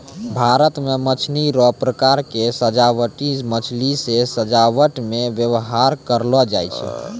भारत मे मछली रो प्रकार मे सजाबटी मछली जे सजाबट मे व्यवहार करलो जाय छै